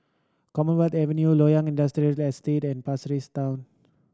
Commonwealth Avenue Loyang Industrial Estate and Pasir Ris Town